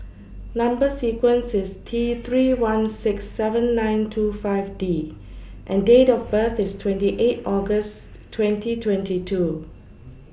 Number sequence IS T three one six seven nine two five D and Date of birth IS twenty eight August twenty twenty two